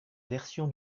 version